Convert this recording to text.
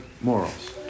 morals